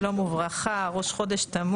חודש טוב, שלום וברכה, ראש חודש תמוז.